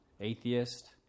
atheist